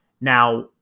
Now